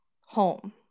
home